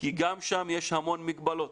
כי גם שם יש המון מגבלות.